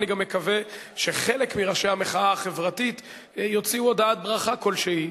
אני גם מקווה שחלק מראשי המחאה החברתית יוציאו הודעת ברכה כלשהי,